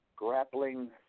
grappling